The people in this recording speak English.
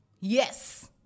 Yes